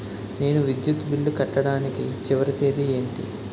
నేను విద్యుత్ బిల్లు కట్టడానికి చివరి తేదీ ఏంటి?